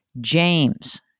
James